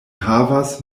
havas